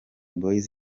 boyz